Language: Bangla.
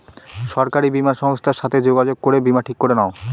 সরকারি বীমা সংস্থার সাথে যোগাযোগ করে বীমা ঠিক করে নাও